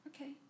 okay